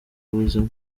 ubuzima